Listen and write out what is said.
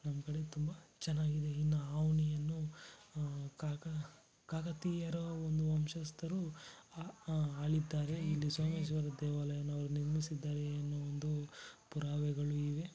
ನಮ್ಮ ಕಡೆ ತುಂಬ ಚೆನ್ನಾಗಿದೆ ಇನ್ನು ಆವನಿಯನ್ನು ಕಾಕ ಕಾಕತೀಯರ ಒಂದು ವಂಶಸ್ಥರು ಆಳಿದ್ದಾರೆ ಇಲ್ಲಿ ಸೋಮೇಶ್ವರ ದೇವಾಲಯವನ್ನು ಅವರು ನಿರ್ಮಿಸಿದ್ದಾರೆ ಎನ್ನುವ ಒಂದು ಪುರಾವೆಗಳು ಇವೆ